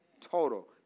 total